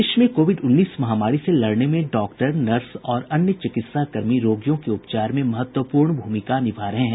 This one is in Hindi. देश में कोविड उन्नीस महामारी से लड़ने में डॉक्टर नर्स और अन्य चिकित्सा कर्मी रोगियों के उपचार में महत्वपूर्ण भूमिका निभा रहे हैं